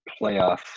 playoff